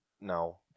No